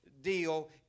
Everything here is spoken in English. deal